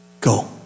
go